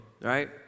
right